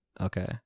Okay